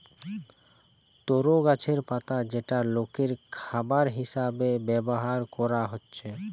তরো গাছের পাতা যেটা লোকের খাবার হিসাবে ব্যভার কোরা হচ্ছে